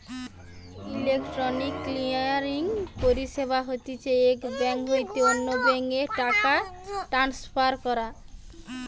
electronic clearing পরিষেবা হতিছে এক বেঙ্ক হইতে অন্য বেঙ্ক এ টাকা ট্রান্সফার করা